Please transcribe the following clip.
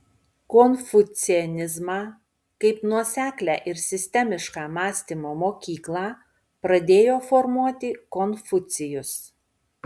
konfucianizmą kaip nuoseklią ir sistemišką mąstymo mokyklą pradėjo formuoti konfucijus